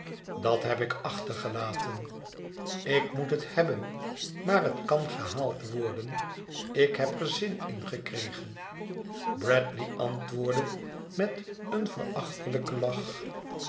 dat heb ik achtergelaten ik moet het hebben maar het kan gehaald worden ik heb er zin in gekregen bradley antwoordde met een verachtelijken lach